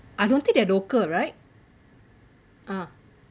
I don't think they're local right ah